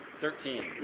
Thirteen